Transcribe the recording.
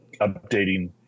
updating